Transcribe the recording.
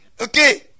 Okay